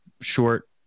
short